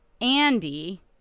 Andy